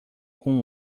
com